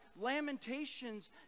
Lamentations